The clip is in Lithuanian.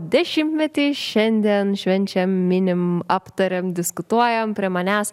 dešimtmetį šiandien švenčia minim aptariam diskutuojam prie manęs